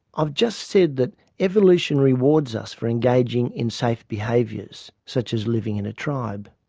i've just said that evolution rewards us for engaging in safe behaviours, such as living in a tribe.